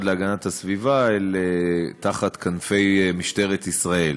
להגנת הסביבה אל תחת כנפי משטרת ישראל.